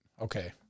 Okay